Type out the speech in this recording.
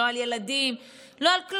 לא על ילדים, לא כלום.